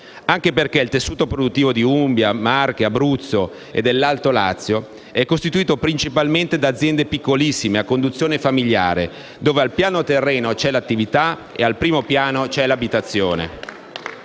anche perché il tessuto produttivo di Umbria, Marche, Abruzzo e dell'alto Lazio è costituito principalmente da aziende piccolissime, a conduzione familiare, dove al piano terreno c'è l'attività e al primo piano l'abitazione.